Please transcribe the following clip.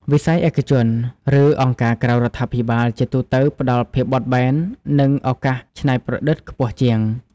វិស័យឯកជន ឬអង្គការក្រៅរដ្ឋាភិបាលជាទូទៅផ្តល់ភាពបត់បែន និងឱកាសច្នៃប្រឌិតខ្ពស់ជាង។